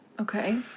Okay